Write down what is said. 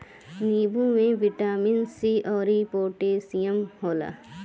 नींबू में vitamin C अउरी पोटैशियम होला